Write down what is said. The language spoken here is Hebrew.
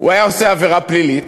הוא היה עושה עבירה פלילית,